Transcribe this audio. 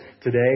today